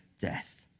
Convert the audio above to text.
death